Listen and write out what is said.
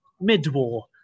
mid-war